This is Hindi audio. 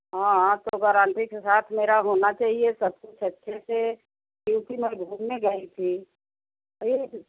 हाँ हाँ तो गेराती के साथ मेरा होना चाहिए सब कुछ अच्छे से क्योंकि मैं घूमने गई थी